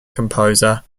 composer